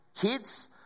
kids